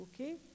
okay